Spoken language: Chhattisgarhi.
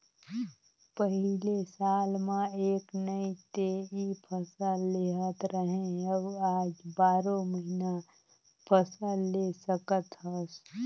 पहिले साल म एक नइ ते इ फसल लेहत रहें अउ आज बारो महिना फसल ले सकत हस